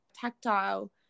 tactile